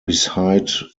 beside